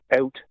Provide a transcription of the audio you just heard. out